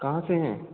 कहाँ से हैं